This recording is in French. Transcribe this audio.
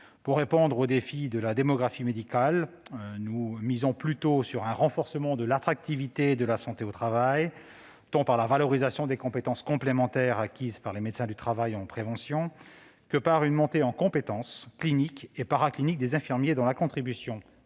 Pour répondre au défi de la démographie médicale, nous misons plutôt sur un renforcement de l'attractivité de la santé au travail, tant par la valorisation des compétences complémentaires acquises par les médecins du travail en prévention que par une montée en compétences cliniques et paracliniques des infirmiers, dont la contribution